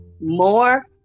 more